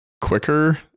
quicker